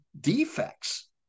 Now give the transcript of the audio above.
defects